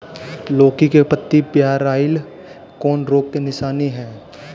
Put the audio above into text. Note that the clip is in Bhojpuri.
लौकी के पत्ति पियराईल कौन रोग के निशानि ह?